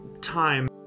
time